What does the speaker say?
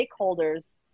stakeholders